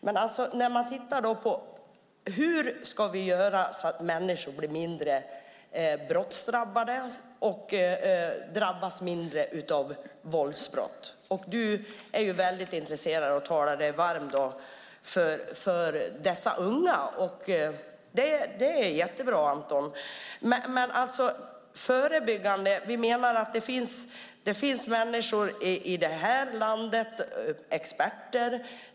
Då kan vi titta på hur vi ska göra för att människor ska bli mindre brottsdrabbade och drabbas mindre av våldsbrott. Du är ju väldigt intresserad och talar dig varm för dessa unga, och det är jättebra, Anton, men när det gäller förebyggande menar vi att det finns människor i det här landet som är experter.